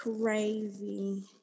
crazy